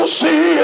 see